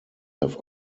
have